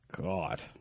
God